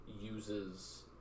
uses